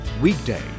weekdays